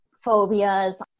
phobias